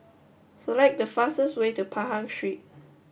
select the fastest way to Pahang Street